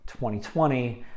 2020